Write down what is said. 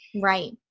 Right